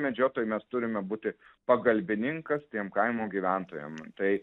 medžiotojai mes turime būti pagalbininkas tiem kaimo gyventojam tai